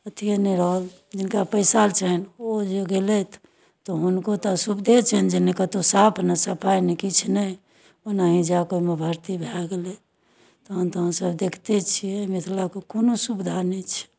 अथिए नहि रहल जिनका पैसा छनि ओ जे गेलथि तऽ हुनको तऽ असुविधे छनि जे नहि कतहु साफ नहि सफाइ नहि किछु नहि ओनाही जा कऽ ओहिमे भर्ती भए गेलै तहन तऽ अहाँसभ देखिते छियै मिथिलाके कोनो सुविधा नहि छै